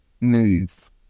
moves